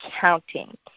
counting